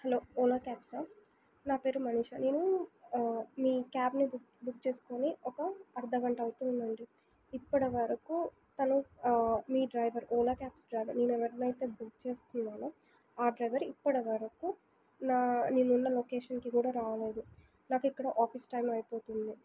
hello Ola క్యాబ్సా నా పేరు మనీషా నేను మీ క్యాబ్ని బుక్ బుక్ చేసుకొని ఒక అర్ధగంట అవుతుందండి ఇప్పటివరకు తను మీ డ్రైవర్ ఓలా క్యాబ్స్ డ్రైవర్ నేను ఎవరినయితే బుక్ చేసుకున్నానో ఆ డ్రైవర్ ఇప్పటివరకు నా నేనున్న లొకేషన్కి కూడా రాలేదు నాకు ఇక్కడ ఆఫీస్ టైమ్ అయిపోతుంది